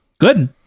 good